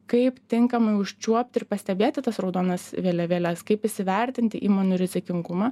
kaip tinkamai užčiuopti ir pastebėti tas raudonas vėliavėles kaip įsivertinti įmonių rizikingumą